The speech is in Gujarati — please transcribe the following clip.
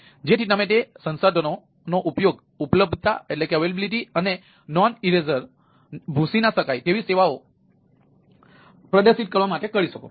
તેથી તેને નોન રિપ્યૂડીએશન તેવી સેવાઓ પ્રદર્શિત કરવા માટે કરી શકો